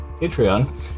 Patreon